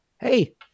Hey